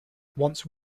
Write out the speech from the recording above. once